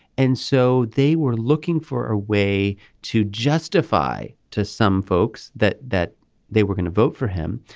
and so they were looking for a way to justify to some folks that that they were going to vote for him.